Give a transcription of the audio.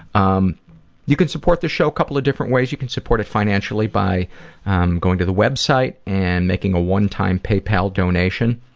um you can support the show a couple of different ways you can support it financially by going to the website and making a one-time paypal donation,